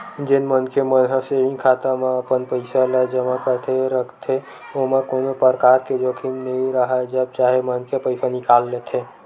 जेन मनखे मन ह सेंविग खाता म अपन पइसा ल जमा करके रखथे ओमा कोनो परकार के जोखिम नइ राहय जब चाहे मनखे पइसा निकाल लेथे